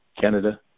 Canada